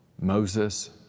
Moses